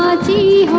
ah g